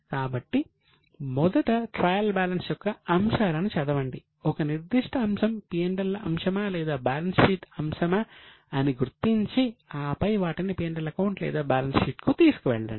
కాబట్టి మొదట trial balance యొక్క అంశాలను చదవండి ఒక నిర్దిష్ట అంశం P L అంశమా లేదా బ్యాలెన్స్ షీట్ అంశమా అని గుర్తించి ఆపై వాటిని P L అకౌంట్ లేదా బ్యాలెన్స్ షీట్ కు తీసుకెళ్లండి